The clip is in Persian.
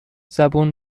زبون